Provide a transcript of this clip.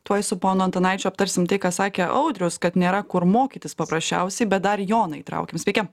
tuoj su ponu antanaičiu aptarsime tai ką sakė audrius kad nėra kur mokytis paprasčiausiai bet dar joną įtraukim sveiki